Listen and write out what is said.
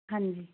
ਹਾਂਜੀ